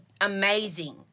amazing